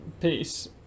Peace